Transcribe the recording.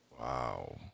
Wow